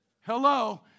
Hello